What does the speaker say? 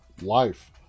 life